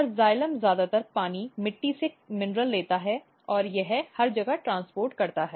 और जाइलम ज्यादातर पानी मिट्टी से खनिज लेता है और यह हर जगह ट्रांसपोर्ट करता है